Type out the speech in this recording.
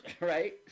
right